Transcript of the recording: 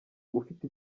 ufite